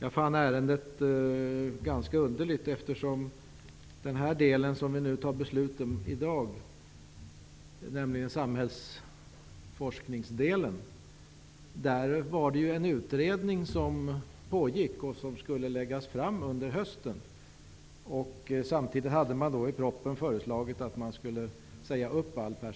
Jag fann ärendet ganska underligt, eftersom det pågick en utredning om den del -- samhällsforskningsdelen -- som vi i dag skall fatta beslut om. Resultatet av utredningen skulle läggas fram under hösten. Samtidigt föreslogs det i propositionen att all personal skulle sägas upp från den